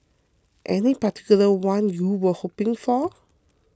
any particular one you were hoping for